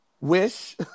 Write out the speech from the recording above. Wish